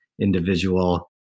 individual